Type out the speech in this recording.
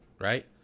right